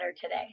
today